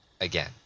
again